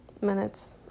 minutes